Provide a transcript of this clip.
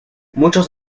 muchos